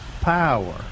Power